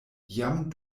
jam